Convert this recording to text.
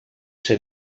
ser